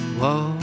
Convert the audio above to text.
whoa